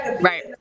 right